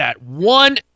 one